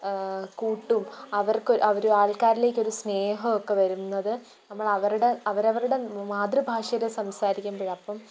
കൂട്ടും അവർക്ക് അവർ ആൾകാരിലേക്കൊരു സ്നേഹമൊക്കെ വരുന്നത് നമ്മളവരുടെ അവരവരുടെ മാതൃഭാഷയിൽ സംസാരിക്കുമ്പോഴാണ് അപ്പം